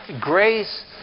Grace